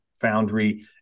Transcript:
foundry